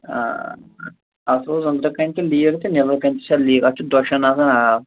آ اَتھ اوس أنٛدرٕ کَنہِ تہِ لیٖک تہٕ نی۪برٕ کَنہِ تہِ چھِ لیٖک اَتھ چھُ دۄشن آسان آب